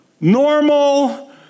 normal